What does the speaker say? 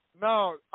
No